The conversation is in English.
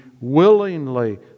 willingly